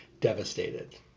devastated